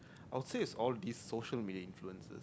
I would say it's all these social influencers